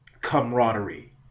camaraderie